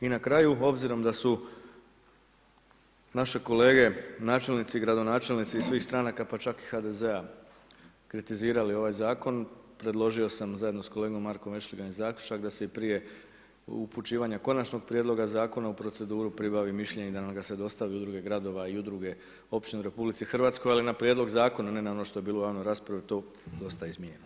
I na kraju, obzirom da su naše kolege načelnici i gradonačelnici, iz svih stranaka pa čak i iz HDZ-a kritizirali ovaj zakon, predložio sam zajedno sa kolegom Markom Vešligajom zaključak, da se i prije uključivanja konačnog prijedloga zakona u proceduru pribavi mišljenje i da nam ga se dostavi u udruge gradova i udruge općine RH ali na prijedlog zakona, a ne na ono što je bilo u javnoj raspravi, to je dosta izmijenjeno.